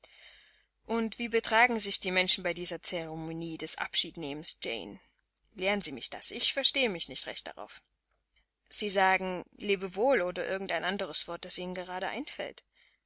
und wie betragen sich die menschen bei dieser ceremonie des abschiednehmens jane lehren sie mich das ich verstehe mich nicht recht darauf sie sagen lebewohl oder irgend ein anderes wort das ihnen gerade einfällt